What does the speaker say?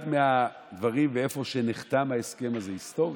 אחד הדברים, ואיפה נחתם ההסכם הזה, היסטורית,